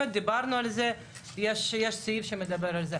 יש 6,000 אנשים שנבחנים בבחינות לרבנות כל שנה,